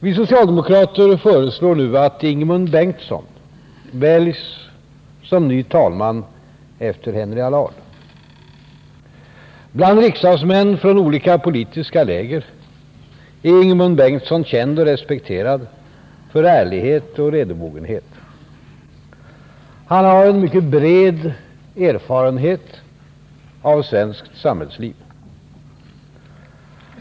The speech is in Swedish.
Vi socialdemokrater föreslår nu att Ingemund Bengtsson väljs till ny talman efter Henry Allard. Bland riksdagsmän från olika politiska läger är Ingemund Bengtsson känd och respekterad för ärlighet och redobogenhet. Han har en mycket bred erfarenhet av svenskt samhällsliv.